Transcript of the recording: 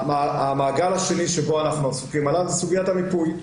המעגל השני שבו אנחנו עסוקים זה סוגיית המיפוי.